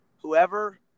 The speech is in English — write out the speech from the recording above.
whoever –